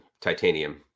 titanium